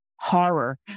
horror